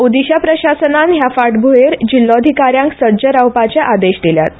ओदिशा प्रशासनान ह्या फाटभुंयेर जिल्ल्याधिकाऱ्यांक सतर्क रावपाचे आदेश दिल्यात